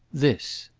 this.